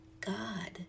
God